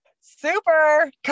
Super